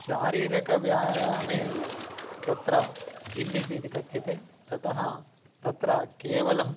शारीरिकव्यायामे तत्र जिम् इति ते कथ्यते ततः तत्र केवलम्